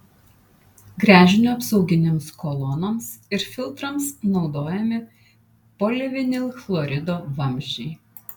gręžinio apsauginėms kolonoms ir filtrams naudojami polivinilchlorido vamzdžiai